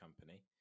company